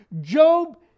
Job